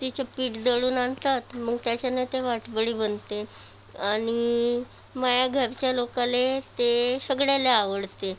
तिचं पीठ दळून आणतात मग त्याच्यानं ते पाटवडी बनते आणि माझ्या घरच्या लोकाला ते सगळ्याला आवडते